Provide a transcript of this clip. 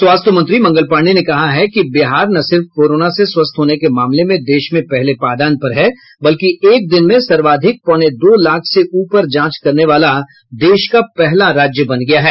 स्वास्थ्य मंत्री मंगल पाण्डेय ने कहा है कि बिहार न सिर्फ कोरोना से स्वस्थ होने के मामले में देश में पहले पायदान पर है बल्कि एक दिन में सर्वाधिक पौने दो लाख से ऊपर जांच करने वाला देश का पहला राज्य बन गया है